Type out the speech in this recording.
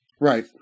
Right